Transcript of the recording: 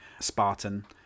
Spartan